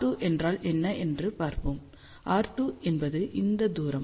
R2 என்றால் என்ன என்று பார்ப்போம் r2 என்பது இந்த தூரம்